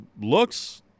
looks